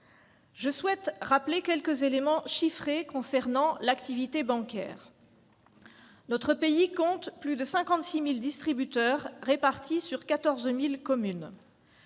Je souhaite rappeler quelques éléments chiffrés concernant l'activité bancaire. Notre pays compte plus de 56 000 distributeurs, répartis sur 14 000 communes.